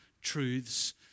truths